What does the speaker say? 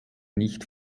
nicht